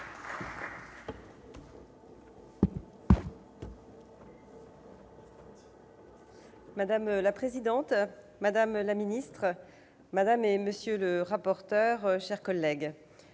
Madame la présidente, madame la ministre, madame, monsieur les rapporteurs, mes chers collègues,